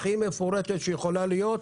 הכי מפורטת שיכולה להיות,